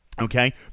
okay